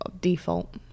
default